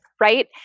right